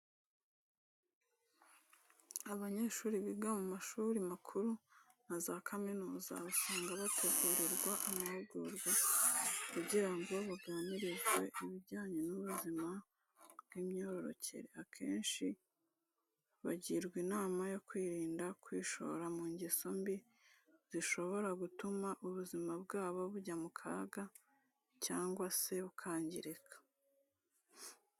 Abanyeshuri biga mu mashuri makuru na za kaminuza usanga bategurirwa amahugurwa kugira ngo baganirizwe ibijyanye n'ubuzima bw'imyororokere. Akenshi bagirwa inama yo kwirinda kwishora mu ngeso mbi zishobora gutuma ubuzima bwabo bujya mu kaga cyangwa se bukangirika.